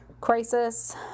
crisis